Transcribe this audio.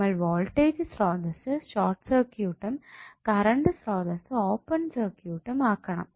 നമ്മൾ വോൾട്ടേജ് സ്രോതസ്സ് ഷോർട്ട് സർക്യൂട്ടും കറണ്ട് സ്രോതസ്സ് ഓപ്പൺ സർക്യൂട്ടും ആക്കണം